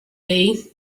day